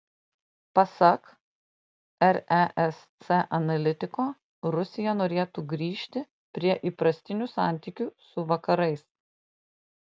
pasak resc analitiko rusija norėtų grįžti prie įprastinių santykių su vakarais